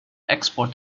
export